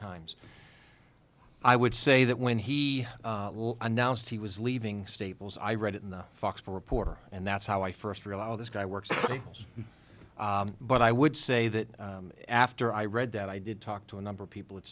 times i would say that when he announced he was leaving staples i read it in the fox reporter and that's how i first realized oh this guy works for us but i would say that after i read that i did talk to a number of people at